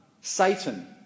Satan